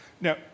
Now